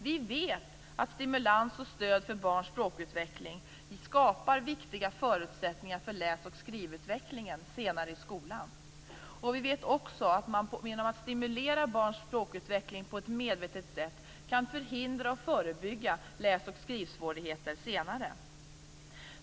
Vi vet att stimulans och stöd för barns språkutveckling skapar viktiga förutsättningar för läs och skrivutvecklingen senare i skolan. Vi vet också att man genom att stimulera barns språkutveckling på ett medvetet sätt kan förhindra och förebygga läs och skrivsvårigheter senare.